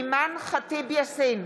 אימאן ח'טיב יאסין,